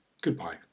goodbye